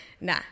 Nah